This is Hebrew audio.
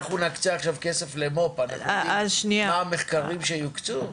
אם אנחנו נקצה עכשיו כסף למו"פ אנחנו יודעים מה המחקרים שיוקצו?